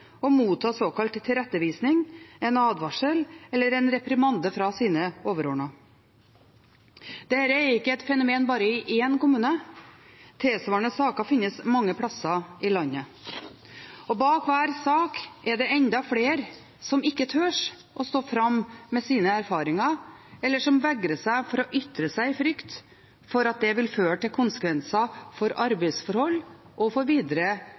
såkalt tilrettevisning, en advarsel eller en reprimande fra sine overordnede. Dette er ikke et fenomen bare i én kommune, tilsvarende saker finnes mange plasser i landet. Og bak hver sak er det enda flere som ikke tør å stå fram med sine erfaringer, eller som vegrer seg for å ytre seg i frykt for at det vil føre til konsekvenser for arbeidsforhold og for videre